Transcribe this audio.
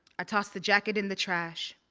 i toss the jacket in the trash,